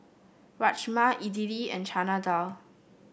Rajma Idili and Chana Dal